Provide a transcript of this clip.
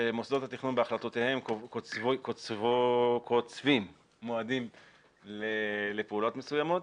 שמוסדות התכנון בהחלטותיהם קוצבים מועדים לפעולות מסוימות,